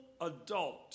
adult